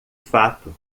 fato